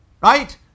Right